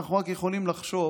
אנחנו רק יכולים לחשוב